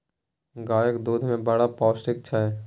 गाएक दुध मे बड़ पौष्टिक छै